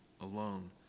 alone